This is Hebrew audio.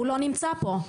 הוא לא נמצא פה.